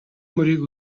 мөрийг